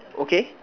okay